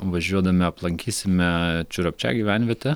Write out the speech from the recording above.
važiuodami aplankysime čiurakčia gyvenvietę